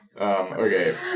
Okay